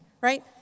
right